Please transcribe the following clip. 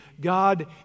God